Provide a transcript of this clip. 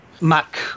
Mac